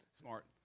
Smart